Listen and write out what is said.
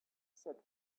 said